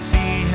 See